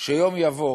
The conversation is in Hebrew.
שיום יבוא